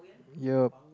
ya